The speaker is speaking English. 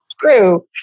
true